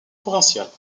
provinciales